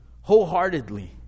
wholeheartedly